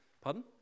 Pardon